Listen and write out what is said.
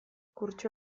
kurtso